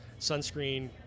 sunscreen